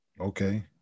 okay